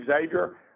Xavier